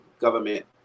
government